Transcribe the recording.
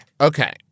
Okay